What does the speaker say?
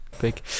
big